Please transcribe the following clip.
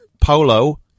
polo